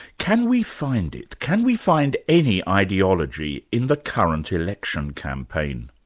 can we find it, can we find any ideology in the current election campaign?